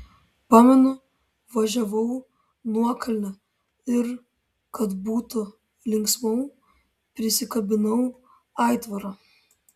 pamenu važiavau nuokalne ir kad būtų linksmiau prisikabinau aitvarą